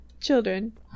children